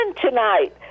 tonight